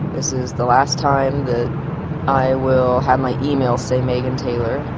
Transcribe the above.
this is the last time that i will have my email say megan taylor,